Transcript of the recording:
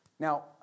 Now